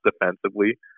defensively